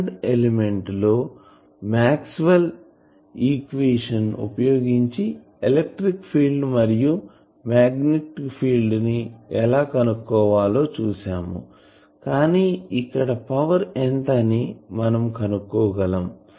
current element లో Maxwell's equations వుపయోగించి electric field మరియు మాగ్నెటిక్ ఫీల్డ్ ను ఎలా కనుక్కోవాలో చూసాము కానీ ఇక్కడ పవర్ ఎంత అని మనం కనుక్కోగలము